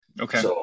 Okay